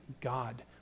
God